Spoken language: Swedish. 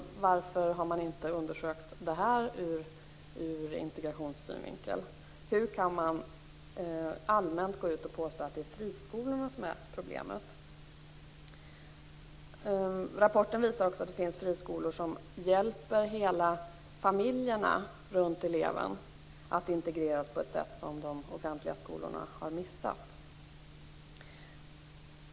Varför har man inte undersökt det ur integrationssynvinkel? Hur kan man allmänt gå ut och påstå att det är friskolorna som är problemet? Rapporten visar också att det finns friskolor som hjälper hela familjerna runt eleven att integreras på ett sätt som de offentliga skolorna har missat.